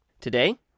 Today